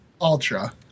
ultra